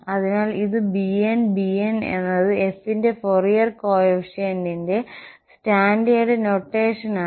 അതിനാൽ ഇത് bnbn എന്നത് f ന്റെ ഫൊറിയർ കോഫിഫിഷ്യന്റിന്റെ സ്റ്റാൻഡേർഡ് നൊട്ടേഷനാണ്